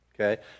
Okay